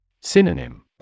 Synonym